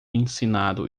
ensinado